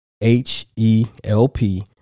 H-E-L-P